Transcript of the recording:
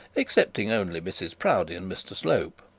excepting only mrs proudie and mr slope.